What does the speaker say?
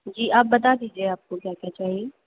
جی آپ بتا دیجیے آپ کو کیا کیا چاہیے